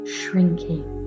shrinking